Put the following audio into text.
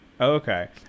okay